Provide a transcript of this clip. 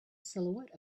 silhouette